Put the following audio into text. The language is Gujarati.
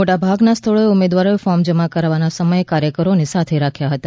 મોટા ભાગના સ્થળોએ ઉમેદવારોએ ફોર્મ જમા કરાવવા સમયે કાર્યકરોને સાથે રાખ્યા હતા